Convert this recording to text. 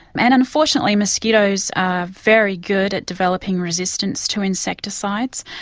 and unfortunately mosquitoes are very good at developing resistance to insecticides.